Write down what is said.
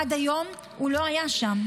עד היום הוא לא היה שם.